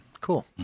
Cool